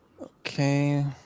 Okay